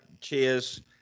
Cheers